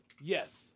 Yes